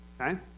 Okay